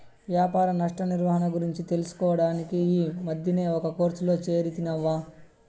వ్యాపార నష్ట నిర్వహణ గురించి తెలుసుకోడానికి ఈ మద్దినే ఒక కోర్సులో చేరితిని అవ్వా